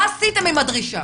מה עשיתם עם הדרישה?